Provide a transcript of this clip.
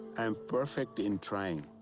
i'm perfect in trying.